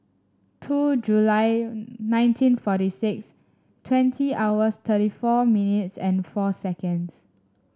two July nineteen forty six twenty hours thirty four minutes and four seconds